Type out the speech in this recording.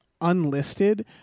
unlisted